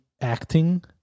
acting